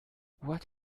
what